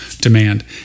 demand